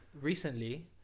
Recently